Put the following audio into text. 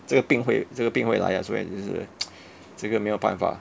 这个病会这个病会来 ah 所以就是 这个没有办法